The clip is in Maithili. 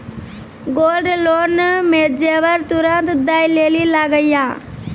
गोल्ड लोन मे जेबर तुरंत दै लेली लागेया?